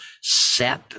set